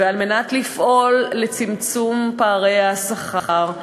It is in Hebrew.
וכדי לפעול לצמצום פערי השכר,